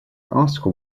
article